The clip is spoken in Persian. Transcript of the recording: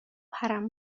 پرم